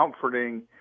comforting